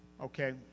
Okay